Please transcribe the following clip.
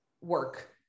work